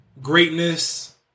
greatness